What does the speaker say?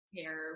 care